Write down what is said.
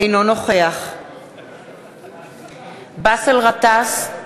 אינו נוכח באסל גטאס,